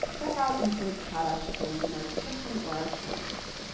check out intuit's products at the link in our description or our show notes.